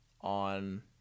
on